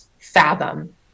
fathom